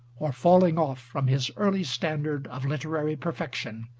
or falling-off from his early standard of literary perfection,